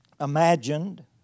imagined